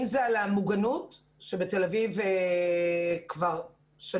אם זה על המוגנות כאשר בתל אביב כבר שנים,